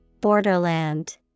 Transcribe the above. Borderland